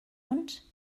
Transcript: und